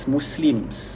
Muslims